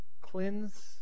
Cleanse